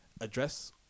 address